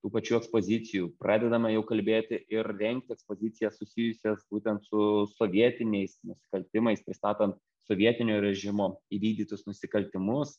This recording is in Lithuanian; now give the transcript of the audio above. tų pačių ekspozicijų pradedama jau kalbėti ir rengti ekspozicijas susijusias būtent su sovietiniais nusikaltimais pristatant sovietinio režimo įvykdytus nusikaltimus